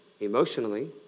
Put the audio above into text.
emotionally